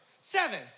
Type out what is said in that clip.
seven